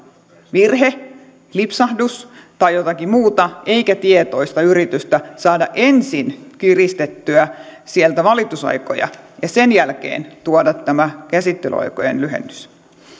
virhe lipsahdus tai jotakin muuta eikä tietoinen yritys saada ensin kiristettyä sieltä valitusaikoja ja sen jälkeen tuoda tämä käsittelyaikojen lyhennys